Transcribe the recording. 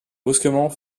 brusquement